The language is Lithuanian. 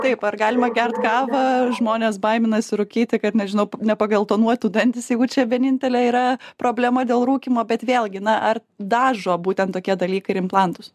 taip ar galima gert kavą žmonės baiminasi rūkyti kad nežinau nepageltonuotų dantys jeigu čia vienintelė yra problema dėl rūkymo bet vėlgi na ar dažo būtent tokie dalykai ir implantus